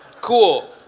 Cool